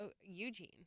Eugene